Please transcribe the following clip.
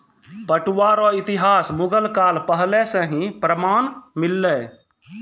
पटुआ रो इतिहास मुगल काल पहले से ही प्रमान मिललै